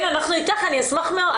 כן, אנחנו אתך, אני אשמח מאוד.